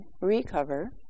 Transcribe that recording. recover